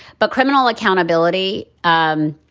but criminal accountability. um